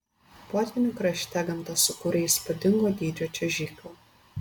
potvynių krašte gamta sukūrė įspūdingo dydžio čiuožyklą